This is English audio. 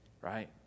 right